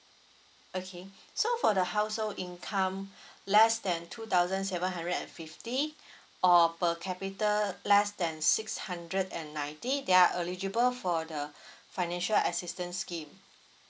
okay so for the household income less than two thousand seven hundred and fifty or per capita less than six hundred and ninety they are eligible for the financial assistance scheme